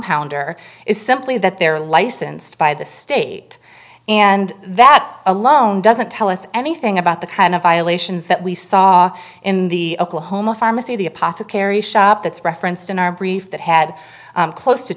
pound or it's simply that they're licensed by the state and that alone doesn't tell us anything about the kind of violations that we saw in the oklahoma pharmacy the apothecary shop that's referenced in our brief that had close to